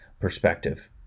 perspective